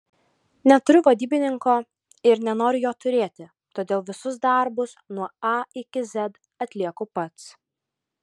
neturiu vadybininko ir nenoriu jo turėti todėl visus darbus nuo a iki z atlieku pats